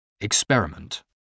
experiment